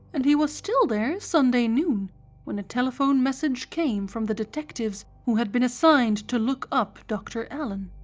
and he was still there sunday noon when a telephone message came from the detectives who had been assigned to look up dr. allen.